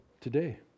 Today